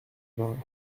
vingt